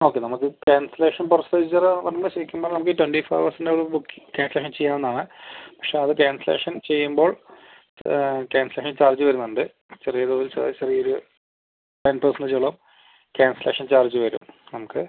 okay നമുക്ക് cancellation procedure പറഞ്ഞാൽ ശരിക്കും പറഞ്ഞാൽ നമുക്ക് ഈ ട്വൻറ്റി ഫോർ ഹവേഴ്സിൻ്റ ഉള്ളിൽ ക്യാൻസലേഷൻ ചെയ്യാവുന്നതാണ് പക്ഷേ അത് ക്യാൻസലേഷൻ ചെയ്യുമ്പോൾ ക്യാൻസലിംഗ് ചാർജ് വരുന്നുണ്ട് ചെറിയ തോതിൽ ചെറിയൊരു ടെൻ പെർസെൻ്റെജോളം ക്യാൻസലേഷൻ ചാർജ് വരും നമുക്ക്